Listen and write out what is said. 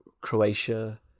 Croatia